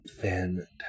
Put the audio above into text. fantastic